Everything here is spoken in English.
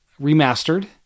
Remastered